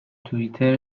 توئیتر